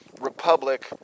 republic